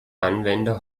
anwender